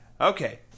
Okay